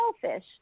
selfish